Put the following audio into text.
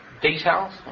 details